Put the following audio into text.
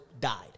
died